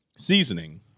Seasoning